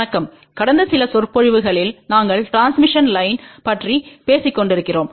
வணக்கம் கடந்த சில சொற்பொழிவுகளில் நாங்கள் டிரான்ஸ்மிஷன் லைன் பற்றி பேசிக்கொண்டிருக்கிறோம்